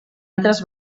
altres